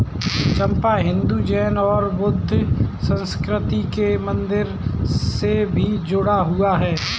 चंपा हिंदू, जैन और बौद्ध संस्कृतियों के मंदिरों से भी जुड़ा हुआ है